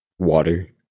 water